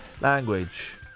language